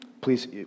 please